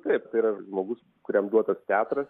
taip tai yra žmogus kuriam duotas teatras